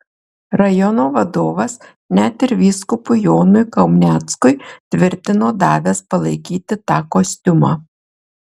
rajono vadovas net ir vyskupui jonui kauneckui tvirtino davęs palaikyti tą kostiumą